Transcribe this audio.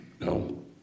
No